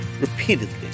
repeatedly